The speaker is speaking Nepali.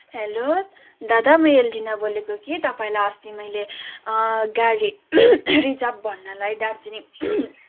हेलो दादा म एल्ड्रिना बोलेको कि तपाईँलाई अस्ति मैले गाडी रिजर्भ भन्नलाई दार्जिलिङ